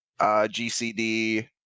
GCD